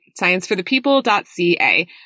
scienceforthepeople.ca